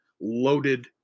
loaded